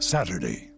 Saturday